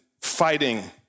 fighting